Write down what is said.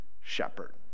shepherd